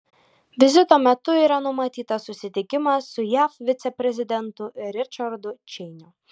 vizito metu yra numatytas susitikimas su jav viceprezidentu ričardu čeiniu